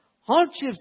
hardships